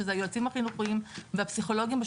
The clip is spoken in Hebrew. שזה היועצים החינוכיים והפסיכולוגיים.